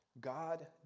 God